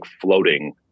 floating